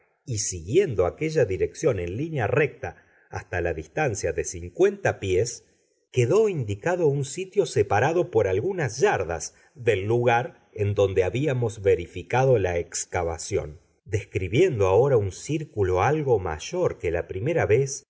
y siguiendo aquella dirección en línea recta hasta la distancia de cincuenta pies quedó indicado un sitio separado por algunas yardas del lugar en donde habíamos verificado la excavación describiendo ahora un círculo algo mayor que la primera vez